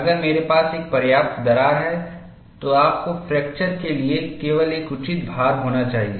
अगर मेरे पास एक पर्याप्त दरार है तो आपको फ्रैक्चर के लिए केवल एक उचित भार होना चाहिए